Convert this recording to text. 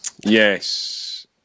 Yes